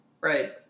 right